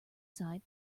side